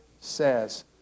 says